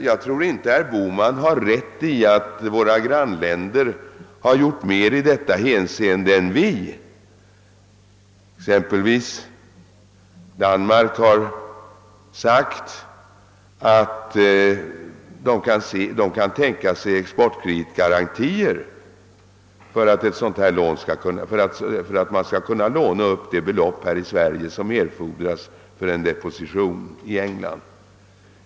Jag tror inte herr Bohman har rätt när han säger att våra grannländer har gjort mer i detta hänseende än vi. I Danmark exempelvis har man sagt att man där kan tänka sig kreditgarantier för att låna upp det belopp som erfordras för en deposition i England.